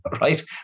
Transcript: right